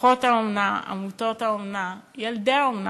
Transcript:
משפחות האומנה, עמותות האומנה,